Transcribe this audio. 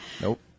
Nope